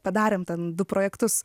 padarėm du projektus